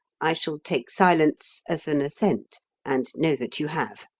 i shall take silence as an assent and know that you have.